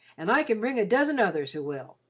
and i can bring a dozen others who will.